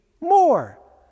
more